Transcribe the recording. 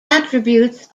attributes